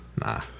nah